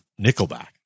Nickelback